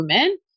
women